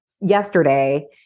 yesterday